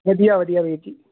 ਵਧੀਆ ਵਧੀਆ ਵੀਰ ਜੀ